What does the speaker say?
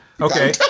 Okay